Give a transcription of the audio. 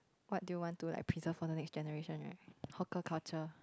what do you want to like preserve for the next generation right hawker culture